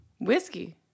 Whiskey